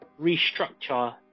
restructure